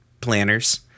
planners